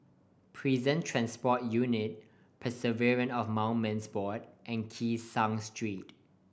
Prison Transport Unit Preservation of Monuments Board and Kee Seng Street